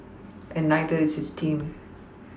and neither is his team